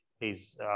please